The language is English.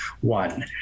one